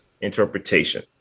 interpretation